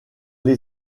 les